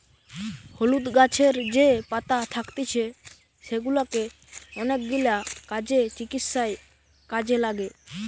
হলুদ গাছের যে পাতা থাকতিছে সেগুলা অনেকগিলা কাজে, চিকিৎসায় কাজে লাগে